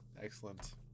excellent